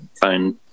phone